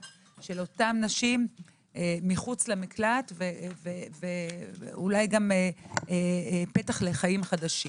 של אותן נשים מחוץ למקלט ואולי גם פתח לחיים חדשים.